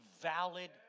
valid